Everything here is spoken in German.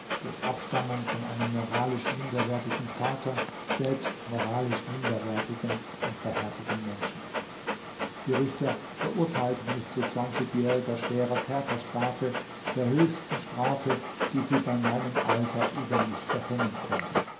durch abstammung von einem moralisch minderwertigen vater selbst moralisch minderwertigen und verhärteten menschen die richter verurteilten mich zu zwanzigjähriger schwerer kerkerstrafe der höchsten strafe die sie bei meinem alter über mich verhängen konnten